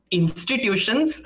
institutions